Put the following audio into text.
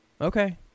Okay